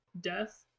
Death